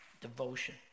devotion